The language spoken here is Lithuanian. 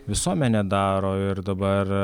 visuomenė daro ir dabar